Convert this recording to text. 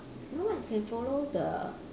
no lah you can follow the